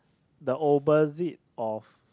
the opposite of